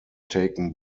taken